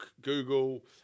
Google